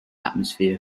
atmosphere